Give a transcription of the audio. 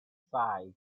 five